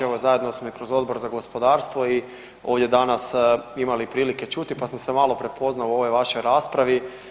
Evo zajedno smo i kroz Odbor za gospodarstvo i ovdje danas imali prilike čuti pa sam se malo prepoznao u ovoj vašoj raspravi.